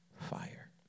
fire